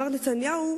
מר נתניהו